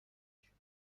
nation